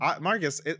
Marcus